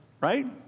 right